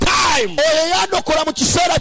time